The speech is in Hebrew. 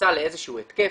נכנסה לאיזה שהוא התקף,